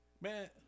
man